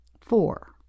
Four